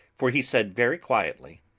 for he said very quietly,